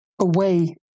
away